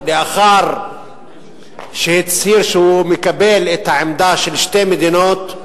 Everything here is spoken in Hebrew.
לאחר שהצהיר שהוא מקבל את העמדה של שתי מדינות,